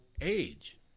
age